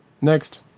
Next